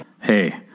hey